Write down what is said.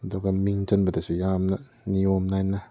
ꯑꯗꯨꯒ ꯃꯤꯡ ꯆꯟꯕꯗꯁꯨ ꯌꯥꯝꯅ ꯅꯤꯌꯣꯝ ꯅꯥꯏꯅ